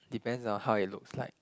depends on how it looks like